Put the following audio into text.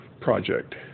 project